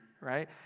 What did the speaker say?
right